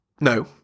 no